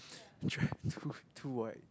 too too wide